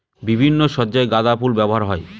বিভিন্ন সজ্জায় গাঁদা ফুল ব্যবহার হয়